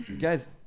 guys